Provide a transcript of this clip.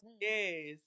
yes